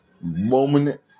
moment